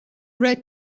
red